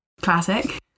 Classic